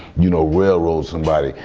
you know, railroad somebody.